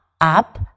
up